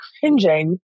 cringing